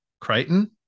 Crichton